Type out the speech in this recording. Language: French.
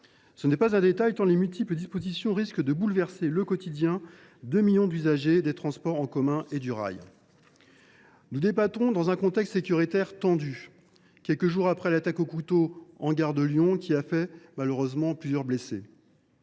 Ce n’est pas un détail tant les multiples dispositions de ce texte risquent de bouleverser le quotidien de millions d’usagers des transports en commun et du rail. Nous débattons dans un contexte sécuritaire tendu, quelques jours après l’attaque au couteau en gare de Lyon, qui a fait – malheureusement – plusieurs blessés.